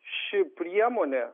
ši priemonė